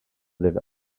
their